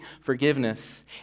forgiveness